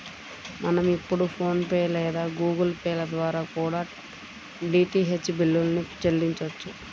మనం ఇప్పుడు ఫోన్ పే లేదా గుగుల్ పే ల ద్వారా కూడా డీటీహెచ్ బిల్లుల్ని చెల్లించొచ్చు